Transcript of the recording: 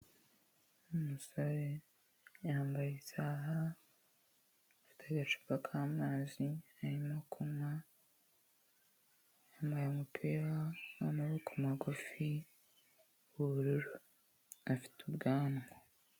Umusore yambaye isaha fite agacupa k'amazi arimo kunywa, yambaye umupira w'amaboko magufi w'ubururu afite ubwanwa.